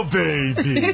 baby